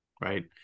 right